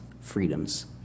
Freedoms